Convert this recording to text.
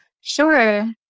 Sure